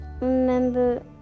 remember